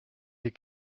les